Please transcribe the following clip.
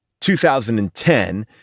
2010